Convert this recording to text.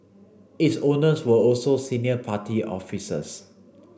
its owners were also senior party officers